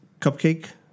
cupcake